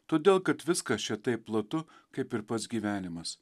todėl kad viskas čia taip platu kaip ir pats gyvenimas